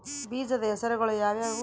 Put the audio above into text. ಬೇಜದ ಹೆಸರುಗಳು ಯಾವ್ಯಾವು?